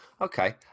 Okay